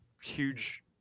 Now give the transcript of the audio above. huge